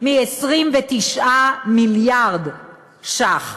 מ-29 מיליארד ש"ח.